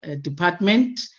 department